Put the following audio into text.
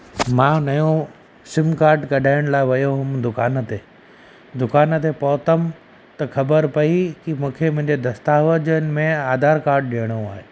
मां नयो SIM card कढाइण लाइ वियो हुउमि दुकान ते दुकान ते पहुतमि त ख़बर पई की मूंखे मुंहिंजे दस्तावेज़नि में आधार कार्ड ॾियणो आहे